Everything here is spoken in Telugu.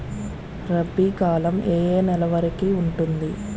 రబీ కాలం ఏ ఏ నెల వరికి ఉంటుంది?